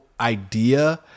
idea